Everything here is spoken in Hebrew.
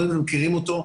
אתם בטח מכירים אותו,